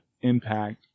impact